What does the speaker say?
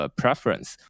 preference